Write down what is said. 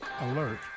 Alert